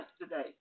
yesterday